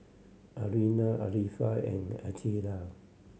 Aina Arifa and Aqeelah